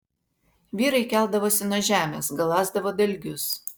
vyrai keldavosi nuo žemės galąsdavo dalgius